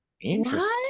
Interesting